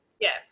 Yes